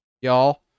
y'all